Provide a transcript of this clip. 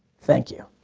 thank you.